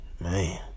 man